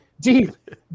deep